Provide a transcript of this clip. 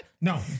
No